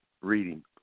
reading